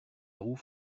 garous